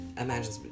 imagine